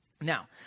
Now